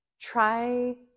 try